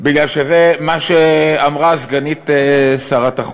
בגלל שזה מה שאמרה סגנית שר החוץ.